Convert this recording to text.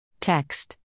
Text